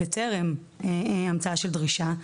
בטרם המצאה של דרישה,